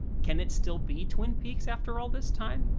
can it still be twin peaks after all this time?